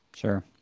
Sure